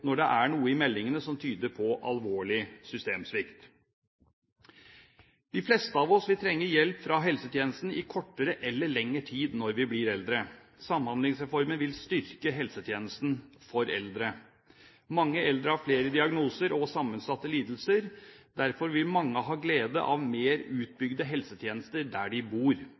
når det er noe i meldingene som tyder på alvorlig systemsvikt. De fleste av oss vil trenge hjelp fra helsetjenestene i kortere eller lengre tid når vi blir eldre. Samhandlingsreformen vil styrke helsetjenestene for eldre. Mange eldre har flere diagnoser og sammensatte lidelser. Derfor vil mange ha glede av mer utbygde helsetjenester der de bor.